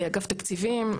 אגף תקציבים,